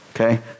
Okay